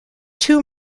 two